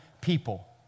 people